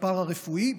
הפארה-רפואי,